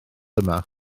yma